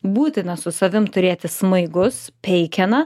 būtina su savim turėti smaigus peikeną